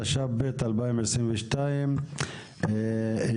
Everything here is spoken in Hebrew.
התשפ"ב 2022,